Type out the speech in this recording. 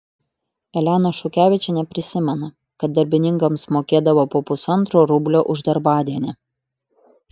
elena šukevičienė prisimena kad darbininkams mokėdavo po pusantro rublio už darbadienį